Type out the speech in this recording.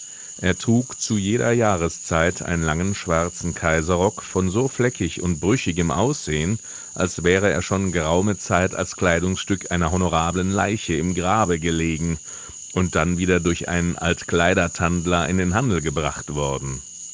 er trug zu jeder jahreszeit einen langen schwarzen kaiserrock von so fleckig und brüchigem aussehen als wäre er schon geraume zeit als kleidungsstück einer honorablen leiche im grabe gelegen und dann wieder durch einen altkleider tandler in den handel gebracht worden